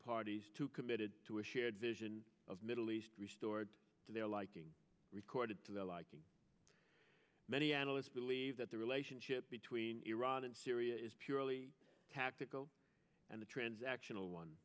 parties too committed to a shared vision of middle east restored to their liking recorded to their liking many analysts believe that the relationship between iran and syria is purely tactical and the transactional one